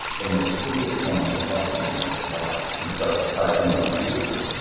the most hideous forms of life may survive and thrust aside the most beautiful.